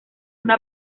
una